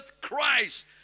Christ